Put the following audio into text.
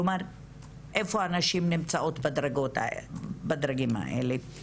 כלומר איפה הנשים נמצאות בדרגים האלה.